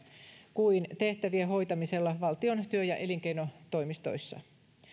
kuin tehtävien hoitamisella valtion työ ja elinkeinotoimistoissa